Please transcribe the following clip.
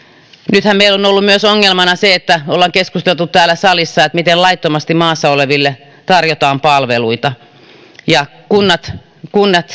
nythän meillä on ollut myös ongelmana se olemme keskustelleet siitä täällä salissa miten laittomasti maassa oleville tarjotaan palveluita kunnat kunnat